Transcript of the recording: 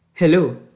Hello